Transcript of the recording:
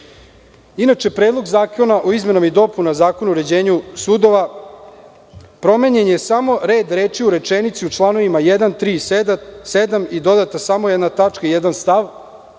Predlog zakona o izmenama i dopunama Zakona o uređenju sudova, promenjen je samo red reči u rečenici u članovima 1, 3. i 7. i dodata samo jedna tačka, jedan stav,